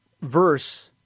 verse